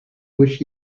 wish